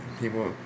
People